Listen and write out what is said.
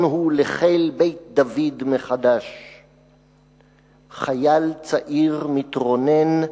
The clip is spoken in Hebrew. הוא לחיל-בית-דוד מחדש!/ חייל צעיר מתרונן,